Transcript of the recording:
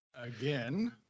Again